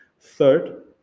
Third